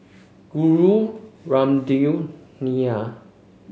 Guru Ramdev Neila